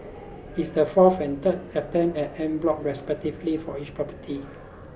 it's the fourth and third attempt at en bloc respectively for each property